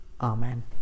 Amen